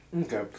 Okay